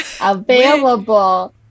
Available